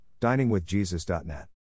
diningwithjesus.net